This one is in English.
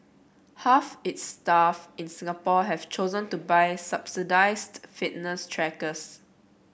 half its staff in Singapore have chosen to buy subsidised fitness trackers